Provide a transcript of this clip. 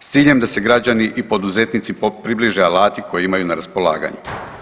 s ciljem da se građani i poduzetnici približe alati koje imaju na raspolaganju.